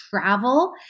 travel